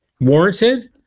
warranted